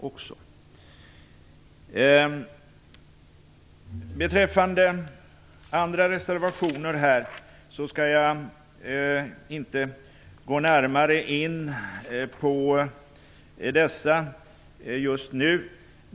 Jag skall inte närmare gå in på andra reservationer i betänkandet just nu.